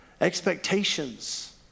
expectations